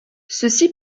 ceci